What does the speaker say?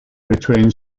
between